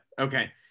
Okay